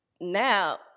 Now